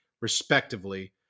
respectively